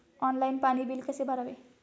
Online पाणी bill कसे भरावे?